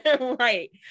right